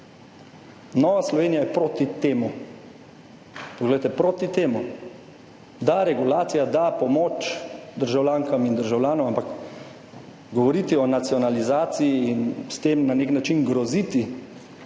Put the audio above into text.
poglejte, proti temu. Da – regulacija, da – pomoč državljankam in državljanom, ampak govoriti o nacionalizaciji in s tem na nek način groziti